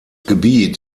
gebiet